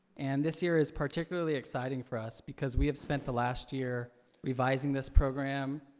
and this year is particularly exciting for us because we have spent the last year revising this program,